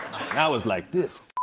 i was like, this